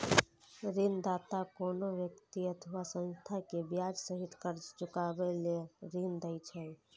ऋणदाता कोनो व्यक्ति अथवा संस्था कें ब्याज सहित कर्ज चुकाबै लेल ऋण दै छै